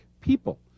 people